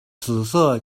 紫色